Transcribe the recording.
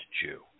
Jew